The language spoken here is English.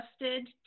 adjusted